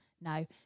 No